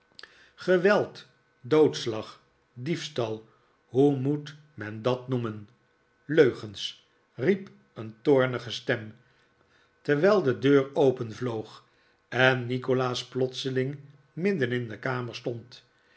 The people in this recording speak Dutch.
doodslag diefstal hoe moet men dat noemen leugens riep een toornige stem terwijl de deur openvloog en nikolaas plotseling midden in de kamer stond